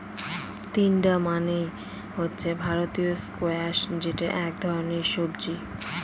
তিনডা মানে হচ্ছে ভারতীয় স্কোয়াশ যেটা এক ধরনের সবজি